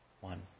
one